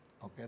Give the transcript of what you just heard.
Okay